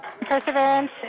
Perseverance